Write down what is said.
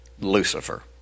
Lucifer